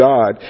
God